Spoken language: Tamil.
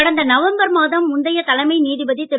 கடந்த நவம்பர் மாதம் முந்தைய தலைமை நீதிபதி திரு